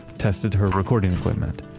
tested her recording equipment,